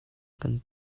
kan